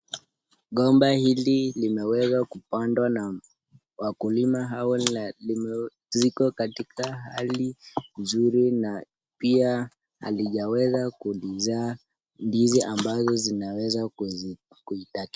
Gomba hili limeweza kupandwa na wakulima hawa na ziko katika hali nzuri na pia halijaweza kulizaa ndizi ambazo zinaweza kuzitakia.